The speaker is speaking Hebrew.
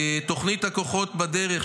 תוכנית "הכוחות שבדרך",